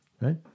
right